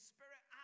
Spirit